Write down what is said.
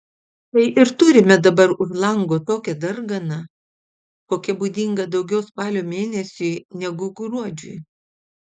tai ir turime dabar už lango tokią darganą kokia būdinga daugiau spalio mėnesiui negu gruodžiui